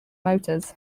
motors